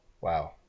Wow